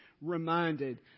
reminded